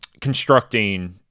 constructing